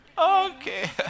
Okay